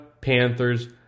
panthers